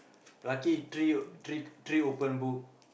lucky three three three open book